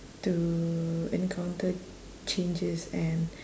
to encounter changes and